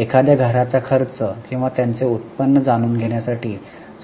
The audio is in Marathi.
एखाद्या घराचा खर्च आणि त्यांचे उत्पन्न जाणून घेण्यासाठी